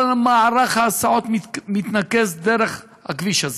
כל מערך ההסעות מתנקז דרך הכביש הזה.